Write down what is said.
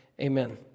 amen